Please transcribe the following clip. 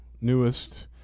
newest